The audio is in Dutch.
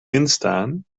instaan